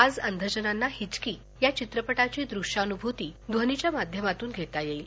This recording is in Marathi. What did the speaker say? आज अंधजनांना हिचकी या चित्रपटाची दृष्यानुभूति ध्वनीच्या माध्यमातून घेता येईल